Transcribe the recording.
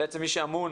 בעצם מי שאמון